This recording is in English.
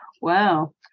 Wow